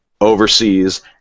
overseas